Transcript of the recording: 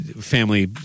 family